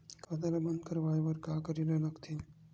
खाता ला बंद करवाय बार का करे ला लगथे?